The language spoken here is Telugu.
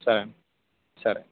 సరేనండి సరే